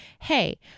hey